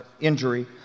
injury